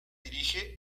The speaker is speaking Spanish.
dirige